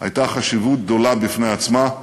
הייתה חשיבות גדולה בפני עצמה,